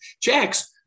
checks